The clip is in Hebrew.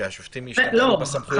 ושהשופטים ישתמשו בסמכויות שלהם.